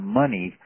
money